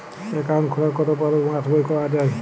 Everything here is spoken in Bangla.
অ্যাকাউন্ট খোলার কতো পরে পাস বই পাওয়া য়ায়?